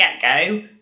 get-go